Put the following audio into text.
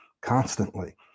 constantly